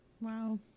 Wow